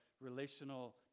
relational